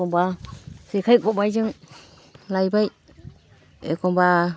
एखमबा जेखाइ खबाइजों लायबाय एखमबा